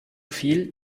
viel